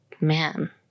man